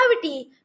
Gravity